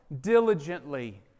diligently